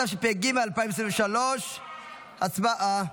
התשפ"ג 2023. הצבעה.